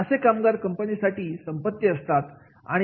असे कामगार कंपनीसाठी संपत्ती असतात